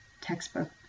textbook